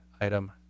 item